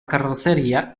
carrozzeria